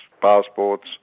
passports